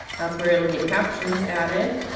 that's where it'll get captions added